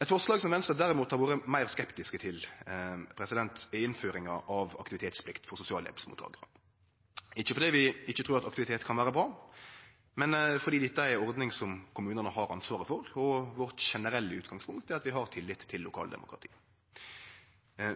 Eit forslag som Venstre derimot har vore meir skeptisk til, er innføringa av aktivitetsplikt for sosialhjelpsmottakarar. Ikkje fordi vi ikkje trur at aktivitet kan vere bra, men fordi dette er ei ordning som kommunane har ansvaret for, og vårt generelle utgangspunkt er at vi har tillit til lokaldemokratiet.